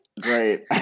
great